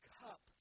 cup